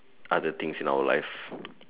other things in our life